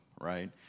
right